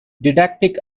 didactic